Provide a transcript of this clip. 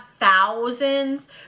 thousands